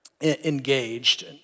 engaged